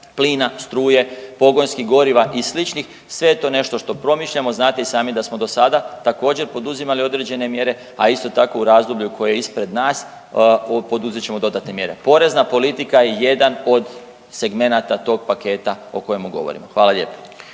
plina, struje, pogonskih goriva i sličnih sve je to nešto što promišljamo. Znate i sami da smo do sada također poduzimali određene mjere, a isto tako u razdoblju koje je ispred nas poduzet ćemo dodatne mjere. Porezna politika je jedan od segmenata tog paketa o kojemu govorimo. Hvala lijepo.